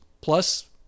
plus